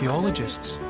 archaeologists,